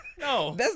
No